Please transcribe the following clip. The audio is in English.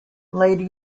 lady